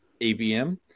ABM